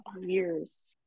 years